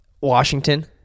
Washington